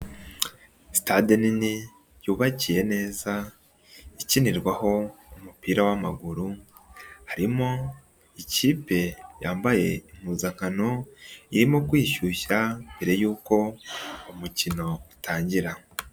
Sitade nini yubakiye neza ikinirwaho umupira w'amaguru harimo ikipe yambaye impuzankano irimo kwishyushya mbere yuko umukino utangira.